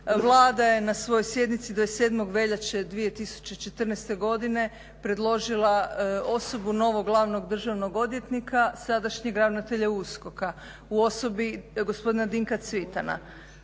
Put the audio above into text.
Vlada je na svojoj sjednici 27. veljače 2014. godine predložila osobu novog glavnog državnog odvjetnika, sadašnjeg ravnatelja USKOK-a u osobi gospodina Dinka Cvitana.